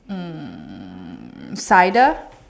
um cider